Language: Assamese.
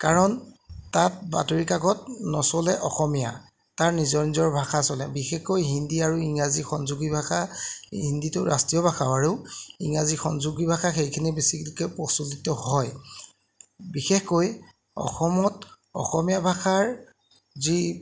কাৰণ তাত বাতৰিকাকত নচলে অসমীয়া তাৰ নিজৰ নিজৰ ভাষা চলে বিশেষকৈ হিন্দী আৰু ইংৰাজী সংযোগী ভাষা হিন্দীটো ৰাষ্ট্ৰীয় ভাষা বাৰু ইংৰাজী সংযোগী ভাষা সেইখিনি বেছিকৈ প্ৰচলিত হয় বিশেষকৈ অসমত অসমীয়া ভাষাৰ যি